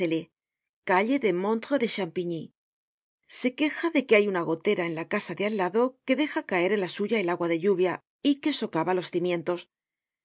calle de montre de champigny se queja de que hay una gotera en la casa de al lado que deja caer en la suya el agua de lluvia y que socava los cimientos